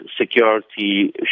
security